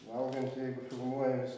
valgant jeigu filmuojies